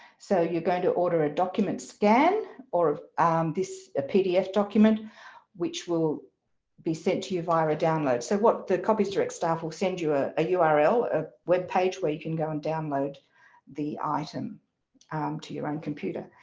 so you're going to order a document scan or this, a pdf document which will be sent to you via a download. so what the copies direct staff will send you a a ah url, a web page where you can go and download the item to your own computer,